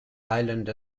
island